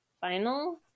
Final